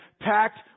packed